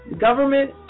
government